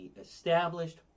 established